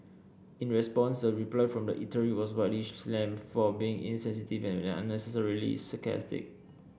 in response the reply from the eatery was widely slammed for being insensitive and unnecessarily sarcastic